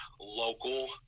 local